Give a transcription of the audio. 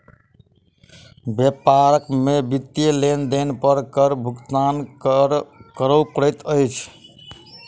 व्यापार में वित्तीय लेन देन पर कर भुगतान करअ पड़ैत अछि